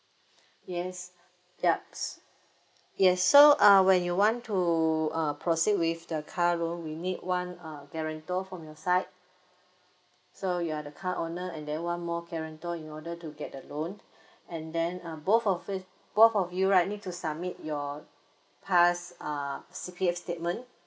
yes yup s~ yes so uh when you want to uh proceed with the car loan we need one uh guarantor from your side so you are the car owner and then one more guarantor in order to get the loan and then um both of y~ both of you right need to submit your past uh C_P_F statement